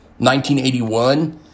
1981